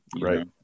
right